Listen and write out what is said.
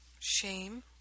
Shame